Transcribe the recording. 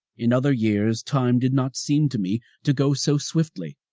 in other years time did not seem to me to go so swiftly.